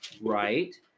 right